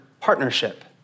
partnership